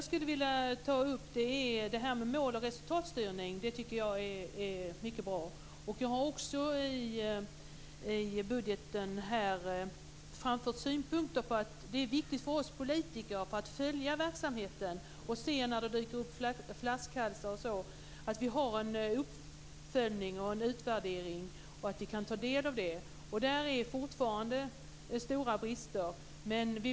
Sedan vill jag ta upp detta med mål och resultatstyrning, vilket jag tycker är mycket bra. Det är viktigt för oss politiker att följa verksamheten, göra uppföljningar och utvärderingar för att se när det dyker upp flaskhalsar och sådant. Där är det fortfarande stora brister.